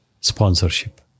sponsorship